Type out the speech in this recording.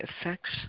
effects